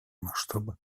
масштабы